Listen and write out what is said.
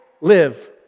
live